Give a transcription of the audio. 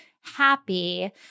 happy